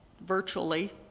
virtually